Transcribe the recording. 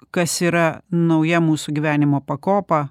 kas yra nauja mūsų gyvenimo pakopa